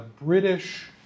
British